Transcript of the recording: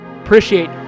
Appreciate